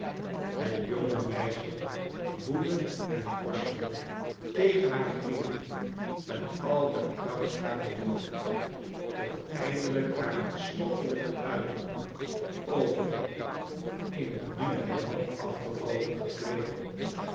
het ionge meisje woedde en worstelde tegen haar grieven met al de kracht barer jengd tot eindelijk haar harts tochtelijke uitroepen overgingen in een na en dan afgebroken geprevel